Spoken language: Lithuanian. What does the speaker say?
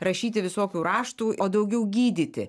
rašyti visokių raštų o daugiau gydyti